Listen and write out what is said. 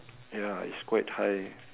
ya is quite high